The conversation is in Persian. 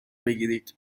بگیرید